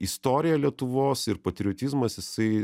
istorija lietuvos ir patriotizmas jisai